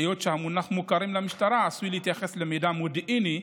היות שהמונח "מוכרים למשטרה" עשוי להתייחס למידע מודיעיני,